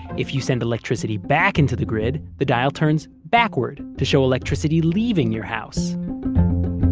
if you send electricity back into the grid, the dial turns backwards to show electricity leaving your house